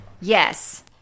Yes